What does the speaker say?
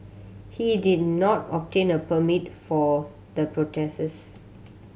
he did not obtain a permit for the protests